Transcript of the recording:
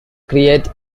create